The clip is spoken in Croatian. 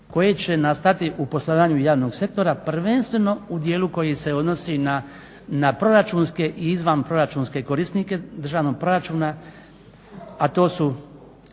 koje će nastati u poslovanju javnog sektora prvenstveno u dijelu koji se odnosi na proračunske i izvanproračunske korisnike državnog proračuna, a to su